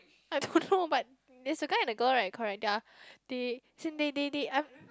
I don't know but there is a guy and a girl right correct they are they as in they they they I'm